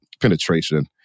penetration